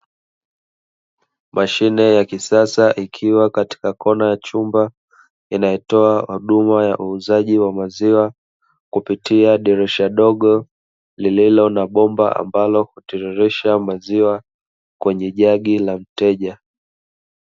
Mashine ya kisasa ikiwa katika kona ya chumba inayotoa huduma ya uuzaji wa maziwa, kupitia dirisha dogo lililo na bomba ambalo hutiririsha maziwa kwenye jagi la mteja.